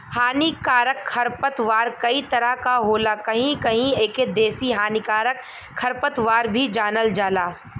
हानिकारक खरपतवार कई तरह क होला कहीं कहीं एके देसी हानिकारक खरपतवार भी जानल जाला